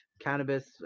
cannabis